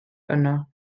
yno